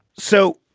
so.